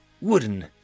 wooden